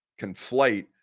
conflate